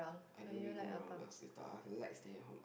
I don't really go around lah I like staying at home